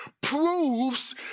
proves